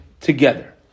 together